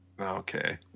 Okay